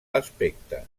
aspecte